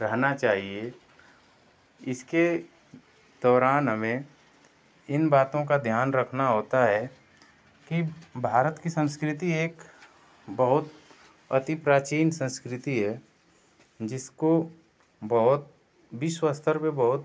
रहना चाहिए इसके दौरान हमें इन बातों का ध्यान रखना होता है कि भारत की संस्कृति एक बहुत अति प्राचीन संस्कृति है जिसको बहुत विश्व स्तर पर बहुत